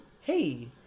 hey